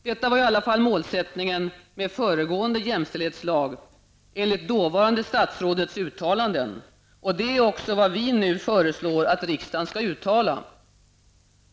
Detta var i alla fall målsättningen med föregående jämställdhetslag enligt dåvarande statsrådets uttalanden. Det är också vad vi nu föreslår att riksdagen skall uttala.